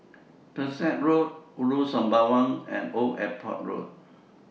Pesek Road Ulu Sembawang and Old Airport Road